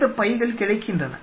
இந்த பைகள் கிடைக்கின்றன